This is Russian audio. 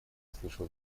слышал